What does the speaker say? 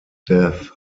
death